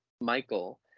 michael